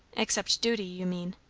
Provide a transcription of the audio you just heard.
except duty, you mean?